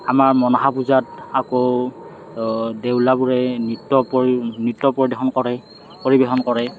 আমাৰ মনসা পূজাত আকৌ দেউলাবোৰে নৃত্য পৰি নৃত্য প্ৰদৰ্শন কৰে পৰিৱেশন কৰে